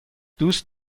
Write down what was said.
دوست